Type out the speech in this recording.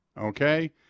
Okay